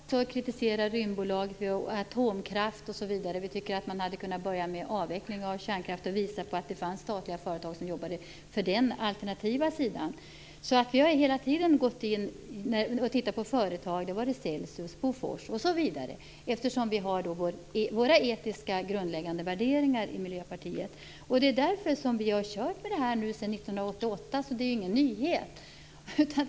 Fru talman! Jag har tidigare också kritiserat Rymdbolaget, Atomkraft osv. Vi tycker att man kunde ha börjat med avveckling av kärnkraften och visat att det fanns statliga företag som jobbade för den alternativa sidan. Vi har alltid gått in och tittat på företag, som Celsius och Bofors osv., eftersom vi i Miljöpartiet har våra grundläggande etiska värderingar. Det är därför som vi har kört med det här sedan 1988, så det är ingen nyhet.